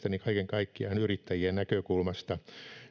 kaikkiaan yrittäjien näkökulmasta